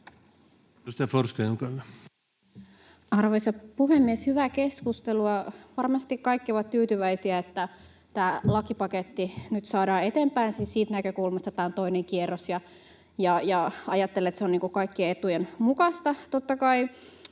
Arvoisa puhemies! Hyvää keskustelua. Varmasti kaikki ovat tyytyväisiä, että tämä lakipaketti nyt saadaan eteenpäin, siis siitä näkökulmasta, että tämä on toinen kierros, ja ajattelen, että se on kaikkien etujen mukaista totta kai.